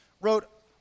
wrote